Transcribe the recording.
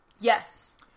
Yes